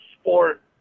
sport